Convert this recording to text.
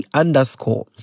underscore